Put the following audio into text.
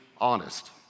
honest